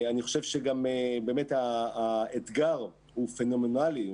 אני חושב שגם באמת האתגר הוא פנומנלי,